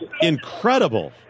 incredible